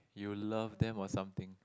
you love them or something